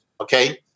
Okay